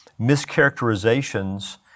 mischaracterizations